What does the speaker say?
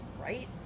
right